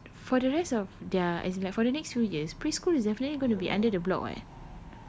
ya but for the rest of their as in like for the next few years preschool is definitely gonna be under the block [what]